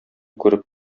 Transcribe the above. күреп